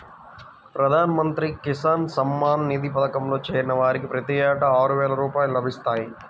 ప్రధాన మంత్రి కిసాన్ సమ్మాన్ నిధి పథకంలో చేరిన వారికి ప్రతి ఏటా ఆరువేల రూపాయలు లభిస్తాయి